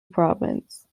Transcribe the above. province